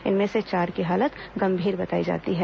इनमें से चार की हालत गंभीर बताई जाती है